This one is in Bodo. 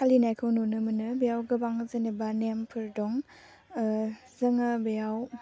फालिनायखौ नुनो मोनो बेयाव गोबां जेनेबा नेमफोर दं जोङो बेयाव